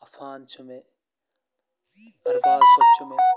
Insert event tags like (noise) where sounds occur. عفان چھُ مےٚ (unintelligible) صٲب چھُ مےٚ